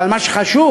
אבל מה שחשוב,